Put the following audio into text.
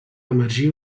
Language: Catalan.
emergir